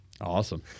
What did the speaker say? Awesome